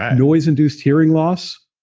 noise-induced hearing loss,